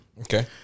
Okay